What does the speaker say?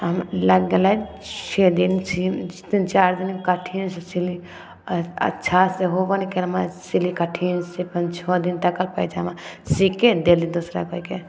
हमरा लागि गेलय छओ दिन तीन चारि दिन कटली फेर सीली आोर अच्छासँ होबो नहि कयल हम सिली कठिनसँ अपन छओ दिन तक लअ पयजामा सीके देली दोसरा कोइके